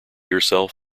herself